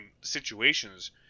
situations